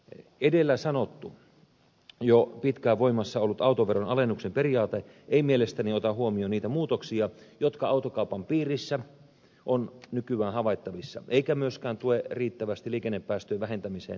edellä sanottu jo pitkään voimassa ollut autoveron alennuksen periaate ei mielestäni ota huomioon niitä muutoksia jotka autokaupan piirissä on nykyään havaittavissa eikä myöskään tue riittävästi liikennepäästöjen vähentämiseen tähtääviä tavoitteita